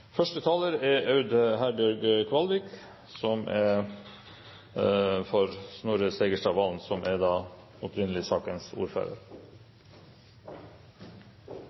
Første taler er Aud Herbjørg Kvalvik, på vegne av sakens ordfører, Snorre Serigstad Valen. Det er riktig at det er Serigstad Valen som har vært sakens ordfører